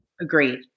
Agreed